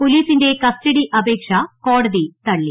പോലീസിന്റെ കസ്റ്റഡി അപേക്ഷ കോടതി തള്ളി